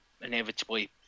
inevitably